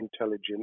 intelligent